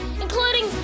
including